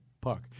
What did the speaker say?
puck